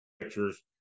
pictures